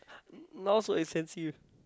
now so expensive